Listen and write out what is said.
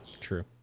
true